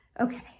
Okay